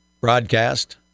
broadcast